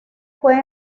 fue